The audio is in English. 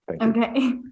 Okay